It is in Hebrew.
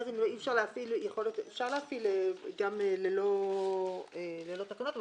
אפשר להפעיל גם ללא תקנות,